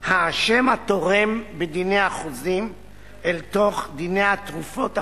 האשם התורם בדיני החוזים אל תוך דיני התרופות החוזיות.